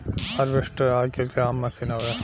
harvester आजकल के आम मसीन हवे